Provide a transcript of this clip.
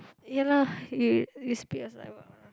ya lah you you spit your saliva